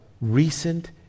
recent